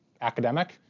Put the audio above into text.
academic